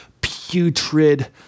putrid